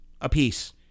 apiece